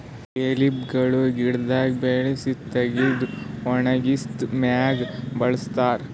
ಬೇ ಲೀಫ್ ಗೊಳ್ ಗಿಡದಾಗ್ ಬೆಳಸಿ ತೆಗೆದು ಒಣಗಿಸಿದ್ ಮ್ಯಾಗ್ ಬಳಸ್ತಾರ್